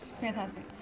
fantastic